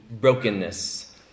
brokenness